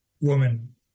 woman